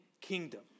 kingdom